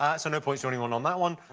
ah so no points for anyone on that one.